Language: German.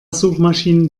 suchmaschinen